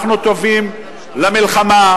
שאנחנו טובים למלחמה,